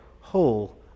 whole